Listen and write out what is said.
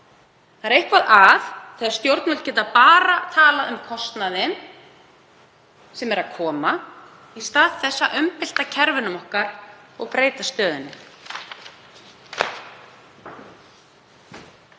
Það er eitthvað að þegar stjórnvöld geta bara talað um kostnaðinn sem er að koma í stað þess að umbylta kerfunum okkar og breyta stöðunni.